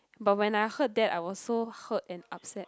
but when I heard that I was so hurt and upset